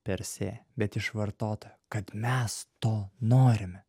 per sė bet iš vartotojo kad mes to norime